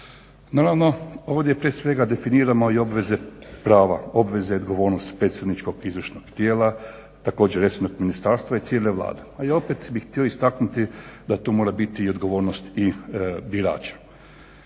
Naravno ovdje prije svega definiramo i obveze prava, obveze odgovornosti predstavničkog izvršnog tijela također i resornog ministarstva i cijele Vlade. A ja bih opet htio istaknuti da tu mora biti i odgovornost birača.